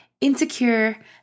insecure